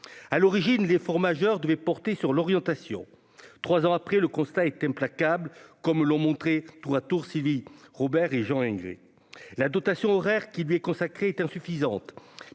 à l'origine d'effort majeur devaient porter sur l'orientation, 3 ans après, le constat est implacable, comme l'ont montré tout à tour Sylvie Robert et Jean ANG la dotation horaire qui lui est consacré est insuffisante,